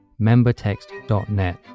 membertext.net